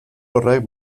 horrek